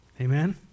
Amen